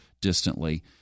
distantly